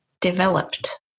developed